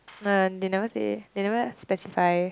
nah they never say eh they never specify eh